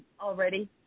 already